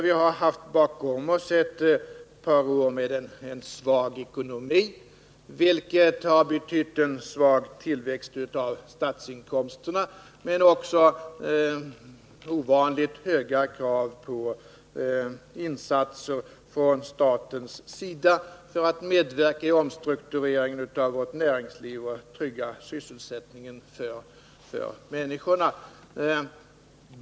Vi har bakom oss haft ett par år med en svag ekonomi, vilket har betytt en svag tillväxt av statsinkomsterna, men också ovanligt höga krav på insatser från statens sida för att medverka i omstruktureringen av vårt näringsliv och trygga sysselsättningen för människorna.